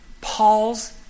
Paul's